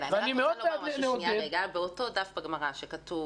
אני רק רוצה להגיד שלמעלה באותו דף בגמרא שכתוב